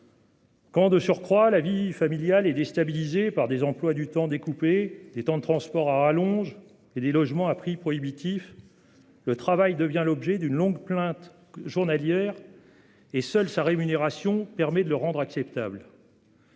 Quand cette dernière est déstabilisée par des emplois du temps découpés, des temps de transport à rallonge et des logements à prix prohibitif, le travail devient l'objet d'une longue plainte journalière et seule sa rémunération permet de le rendre acceptable.